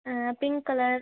pink color